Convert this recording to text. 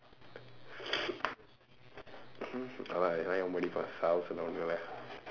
சாவ சொல்லுவாங்கல:saava solluvaangkala